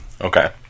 Okay